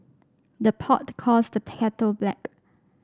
the pot calls the kettle black